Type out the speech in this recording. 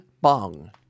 Bong